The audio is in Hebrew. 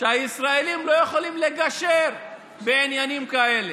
שהישראלים לא יכולים לגשר בעניינים כאלה,